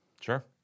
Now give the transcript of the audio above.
Sure